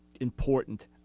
important